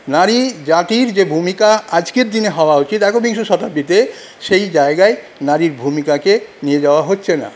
নারী জাতির যে ভূমিকা আজকের দিনে হওয়া উচিত একবিংশ শতাব্দীতে সেই জায়গায় নারীর ভূমিকাকে নিয়ে যাওয়া হচ্ছেনা